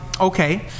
Okay